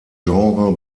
genre